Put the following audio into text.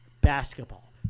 basketball